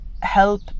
help